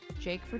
Jake